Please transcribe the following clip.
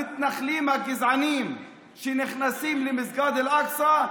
המתנחלים הגזענים שנכנסים למסגד אל-אקצא,